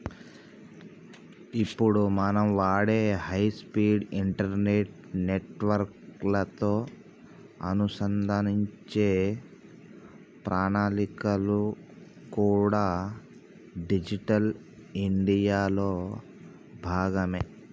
ఇప్పుడు మనం వాడే హై స్పీడ్ ఇంటర్నెట్ నెట్వర్క్ లతో అనుసంధానించే ప్రణాళికలు కూడా డిజిటల్ ఇండియా లో భాగమే